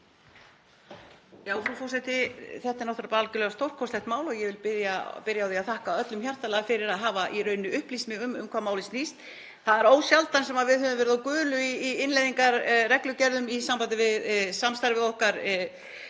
Frú forseti. Þetta er náttúrlega algjörlega stórkostlegt mál og ég vil byrja á því að þakka öllum hjartanlega fyrir að hafa upplýst mig um hvað málið snýst. Það er ósjaldan sem við höfum verið á gulu í innleiðingarreglugerðum í sambandi við samstarfið okkar